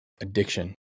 addiction